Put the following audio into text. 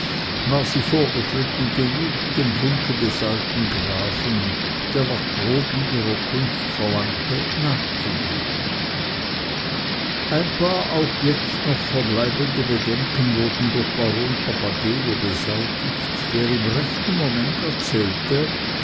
war sie vorgeschritten genug dem wunsche des alten grafen der nach proben ihrer kunst verlangte nachzugeben ein paar auch jetzt noch verbleibende bedenken wurden durch baron papageno beseitigt der im rechten momente erzählte